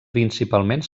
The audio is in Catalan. principalment